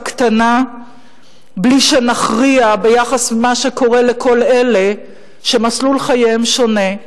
קטנה בלי שנכריע ביחס למה שקורה לכל אלה שמסלול חייהם שונה,